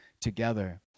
together